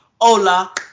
Hola